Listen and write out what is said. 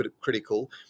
critical